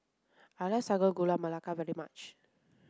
I like Sago Gula Melaka very much